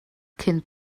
cyn